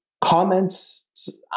comments